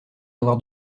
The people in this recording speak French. avoir